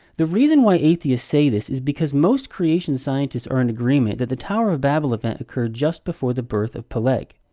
the reason why atheists say this is because most creation scientists are in agreement that the tower of babel event occurred just before the birth of peleg.